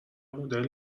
مدل